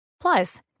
Plus